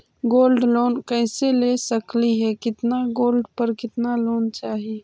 Gold loan कैसे ले सकली हे, कितना गोल्ड पर कितना लोन चाही?